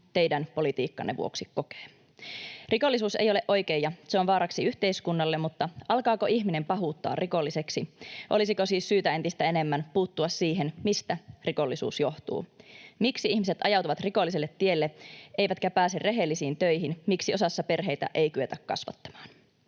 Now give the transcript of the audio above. teidän politiikkanne vuoksi kokee. Rikollisuus ei ole oikein ja se on vaaraksi yhteiskunnalle, mutta alkaako ihminen pahuuttaan rikolliseksi? Olisiko siis syytä entistä enemmän puuttua siihen, mistä rikollisuus johtuu? Miksi ihmiset ajautuvat rikolliselle tielle eivätkä pääse rehellisiin töihin? Miksi osassa perheitä ei kyetä kasvattamaan?